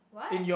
what